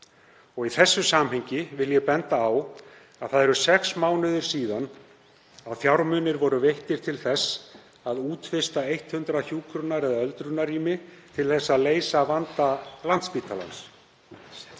Í þessu samhengi vil ég benda á að það eru sex mánuðir síðan að fjármunir voru veittir til þess að útvista 100 hjúkrunar- eða öldrunarrýmum til að leysa vanda Landspítalans. Það